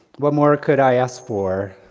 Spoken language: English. what more could i ask for,